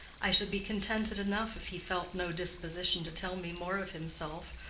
i should be contented enough if he felt no disposition to tell me more of himself,